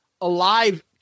Alive